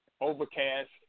overcast